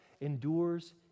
endures